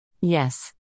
Yes